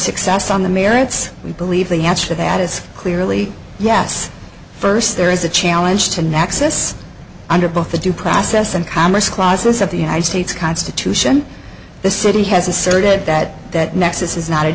success on the merits we believe the answer to that is clearly yes first there is a challenge to nexus under both the due process and commerce clause this of the united states constitution the city has asserted that that nexus is not a